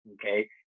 Okay